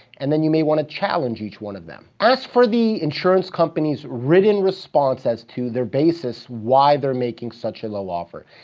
and then, you may wanna challenge each one of them. ask for the insurance company's written response as to their basis, why they're making such a low offer.